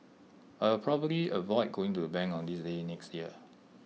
I will probably avoid going to the bank on this day next year